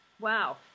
Wow